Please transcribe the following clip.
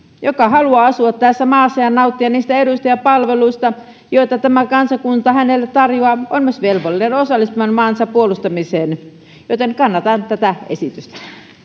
joka haluaa asua tässä maassa ja nauttia niistä eduista ja palveluista joita tämä kansakunta hänelle tarjoaa on myös velvollinen osallistumaan maansa puolustamiseen joten kannatan tätä esitystä